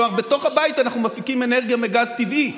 כלומר בתוך הבית אנחנו מפיקים אנרגיה מגז טבעי,